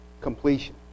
completion